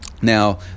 Now